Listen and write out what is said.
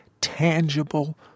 tangible